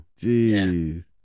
Jeez